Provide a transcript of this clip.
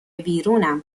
ویرونم